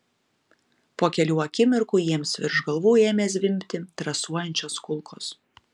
po kelių akimirkų jiems virš galvų ėmė zvimbti trasuojančios kulkos